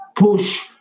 push